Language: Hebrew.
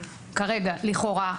לכאורה,